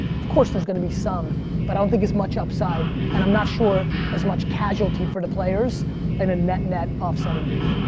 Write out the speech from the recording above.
of course there's going to be some but i don't think as much upside and i'm not sure as much casualty for the players in a net-net offsetting game.